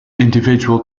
individual